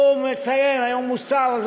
היום הוא שר,